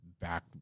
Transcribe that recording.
back